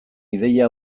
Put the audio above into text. ideia